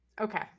Okay